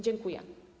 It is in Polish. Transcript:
Dziękuję.